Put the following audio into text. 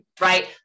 right